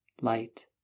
light